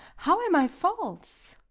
how am i false?